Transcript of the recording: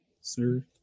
Sir